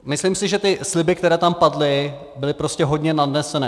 Myslím si, že sliby, které tam padly, byly prostě hodně nadnesené.